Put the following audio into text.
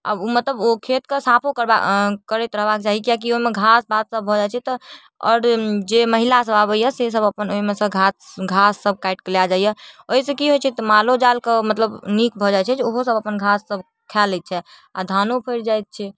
आओर मतलब अब ओ खेतके साफो करबा करैत रहैके चाही किएक कि ओइमे घास तास सब भऽ जाइ छै तऽ आओर जे महिला सब आबैए से सब ओइमेसँ घास सब काटिकऽ लए जाइए ओइसँ की होइ छै तऽ मालो जालके मतलब नीक भऽ जाइ छै जे ओहो अब घास सब अपन खा लै छै आओर धानो फरि जाइ छै